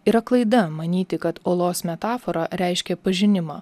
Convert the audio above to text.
yra klaida manyti kad olos metafora reiškia pažinimą